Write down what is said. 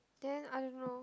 then I don't know